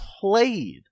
played